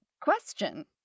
question